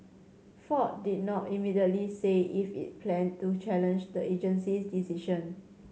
ford did not immediately say if it planned to challenge the agency's decision